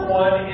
one